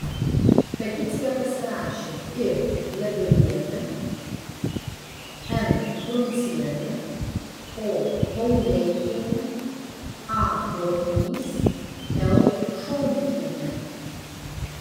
peticiją pasirašė i lebiodienė n truncienė o paulėkienė a blotnys l šomkienė